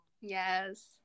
Yes